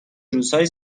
روزهای